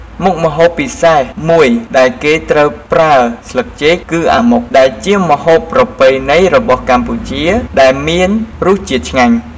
មុខម្ហូបពិសេសមួយដែលគេត្រូវប្រើស្លឹកចេក គឺអាម៉ុក ដែលជាម្ហូបប្រពៃណីរបស់កម្ពុជាដែលមានរសជាតិឆ្ងាញ់ ។